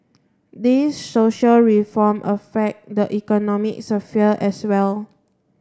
these social reform affect the economic sphere as well